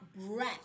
breath